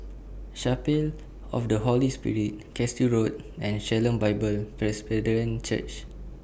Chapel of The Holy Spirit Cashew Road and Shalom Bible Presbyterian Church